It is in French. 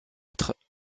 autres